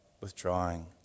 withdrawing